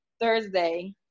thursday